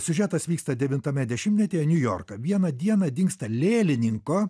siužetas vyksta devintame dešimtmetyje niujorką vieną dieną dingsta lėlininko